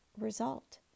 result